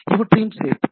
இவற்றையும் சேர்த்து